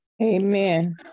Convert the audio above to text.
Amen